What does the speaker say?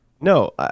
no